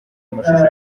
amashusho